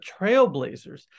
trailblazers